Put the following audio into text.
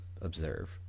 observe